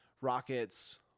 Rockets